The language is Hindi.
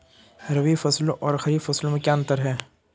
रबी फसलों और खरीफ फसलों में क्या अंतर है?